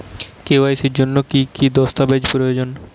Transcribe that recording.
KYC এর জন্যে কি কি দস্তাবেজ প্রয়োজন?